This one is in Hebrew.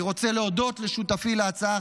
אני רוצה להודות לשותפי להצעה,